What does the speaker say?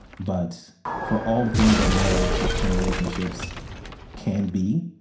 but for all the things that marriage and relationships can be,